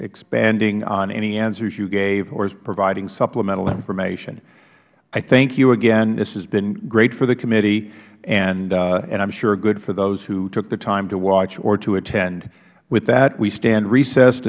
expanding on any answers you gave or providing supplemental information i thank you again this has been great for the committee and i am sure good for those who took the time to watch or to attend with that we stand recessed